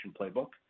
playbook